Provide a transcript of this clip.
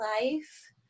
life